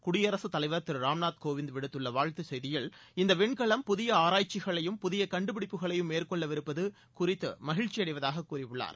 குடியரகத் தலைவர் திரு ராம்நாத் கோவிந்த் விடுத்துள்ள வாழ்த்து செய்தியில் இந்த வின்கலம் புதிய ஆராய்ச்சிகளையும் புதிய கண்டுபிடிப்புகளையும் மேற்கொள்ளவிருப்பது குறித்து மகிழ்ச்சி அடைவதாக கூறியுள்ளார்